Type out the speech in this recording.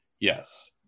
yes